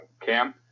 Cam